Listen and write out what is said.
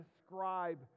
describe